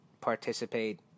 participate